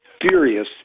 furious